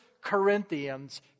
Corinthians